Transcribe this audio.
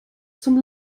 zum